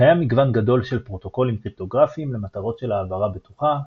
קיים מגוון גדול של פרוטוקולים קריפטוגרפיים למטרות של העברה בטוחה,